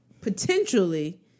potentially